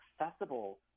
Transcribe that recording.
accessible